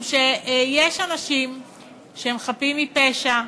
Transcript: יש אנשים שהם חפים מפשע,